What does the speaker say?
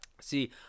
See